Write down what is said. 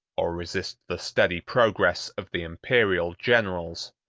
or resist the steady progress of the imperial generals,